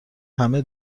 همه